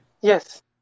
Yes